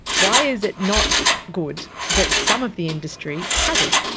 why is it not good that some of the industry hasn't?